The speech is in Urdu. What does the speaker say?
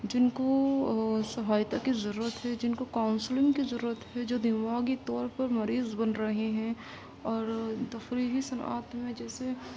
جن کو سہایتا کی ضرورت ہے جن کو کاؤنسلنگ کی ضرورت ہے جو دماغی طور پر مریض بن رہے ہیں اور تفریحی صنعات میں جیسے